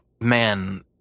man